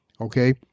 okay